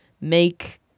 make